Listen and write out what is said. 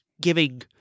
giving